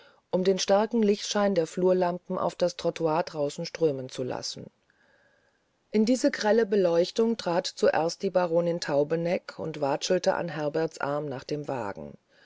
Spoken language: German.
um den starken lichtschein der flurlampen auf das trottoir draußen strömen zu lassen in diese grelle beleuchtung trat zuerst die baronin taubeneck und watschelte an herberts arm nach dem wagen